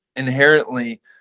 Inherently